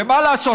ומה לעשות,